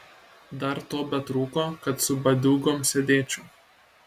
dar to betrūko kad su bandiūgom sėdėčiau